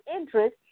interest